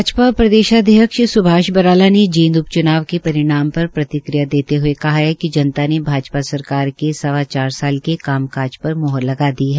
भाजपा प्रदेशाध्यक्ष स्भाष बराला ने जींद उप च्नाव के परिणाम पर प्रतिक्रिया देते हये कहा है कि जनता ने भाजपा सरकार के सवा चार साल के कामकाज़ पर मोहर लगा दी है